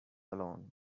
alone